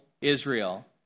Israel